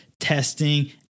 testing